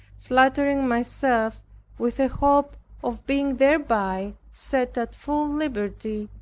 flattering myself with a hope of being thereby set at full liberty,